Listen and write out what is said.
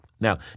Now